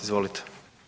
Izvolite.